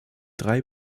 drei